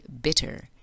bitter